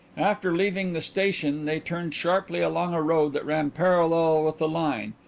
after leaving the station they turned sharply along a road that ran parallel with the line,